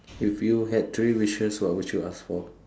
if you had three wishes what would you ask for